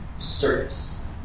service